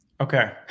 Okay